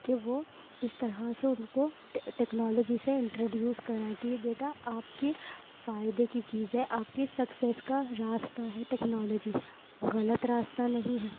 کہ وہ کس طرح سے ان کو ٹیکنالوجی سے انٹرڈیوز کرائیں کہ بیٹا آپ کی فائدے کی چیز ہے آپ کی سکسیز کا راستہ ہے ٹیکنالوجی غلط راستہ نہیں ہے